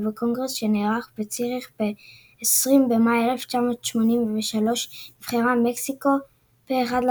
ובקונגרס שנערך בציריך ב-20 במאי 1983 נבחרה מקסיקו פה אחד,